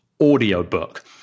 audiobook